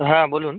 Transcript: হ্যাঁ বলুন